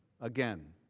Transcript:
again,